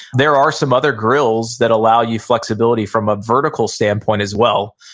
there are some other grills that allow you flexibility from a vertical standpoint as well.